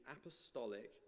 apostolic